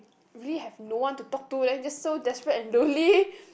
really no one to talk to then just so desperate and lonely